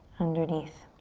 underneath.